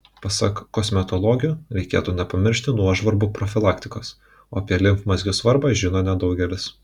pasak kosmetologių reikėtų nepamiršti nuožvarbų profilaktikos o apie limfmazgių svarbą žino nedaugelis